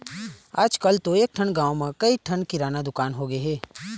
आजकल तो एकठन गाँव म कइ ठन किराना दुकान होगे हे